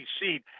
seed